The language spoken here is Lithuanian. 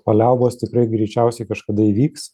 paliaubos tikrai greičiausiai kažkada įvyks